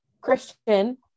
Christian